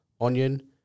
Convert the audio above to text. onion